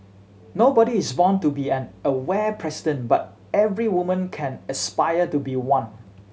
nobody is born to be an Aware president but every woman can aspire to be one